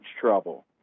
trouble